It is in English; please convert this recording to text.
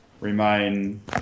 remain